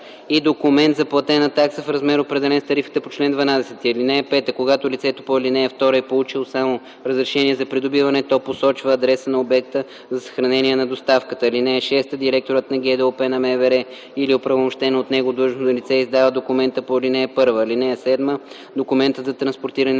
и документ за платена такса в размер, определен с тарифата по чл. 12. (5) Когато лицето по ал. 2 е получило само разрешение за придобиване, то посочва адреса на обекта за съхранение на доставката. (6) Директорът на ГДОП на МВР или оправомощено от него длъжностно лице издава документа по ал. 1. (7) Документът за транспортиране